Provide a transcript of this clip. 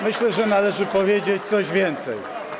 myślę, że należy powiedzieć coś więcej.